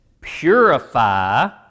purify